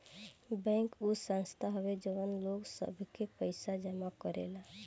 bank उ संस्था हवे जवन लोग सब के पइसा जमा करेला